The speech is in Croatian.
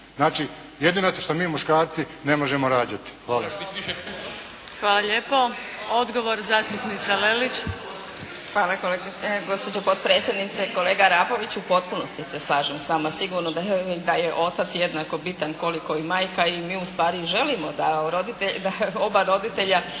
Znači jedino zato što mi muškarci ne možemo rađati. Hvala. **Adlešič, Đurđa (HSLS)** Hvala lijepo. Odgovor zastupnica Lelić. **Lelić, Ruža (HDZ)** Hvala gospođo potpredsjednice. Kolega Arapović u potpunosti se slažem s vama. Sigurno da je otac jednako bitan koliko i majka i mi ustvari i želimo da oba roditelja